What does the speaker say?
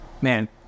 man